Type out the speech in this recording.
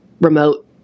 remote